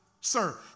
Sir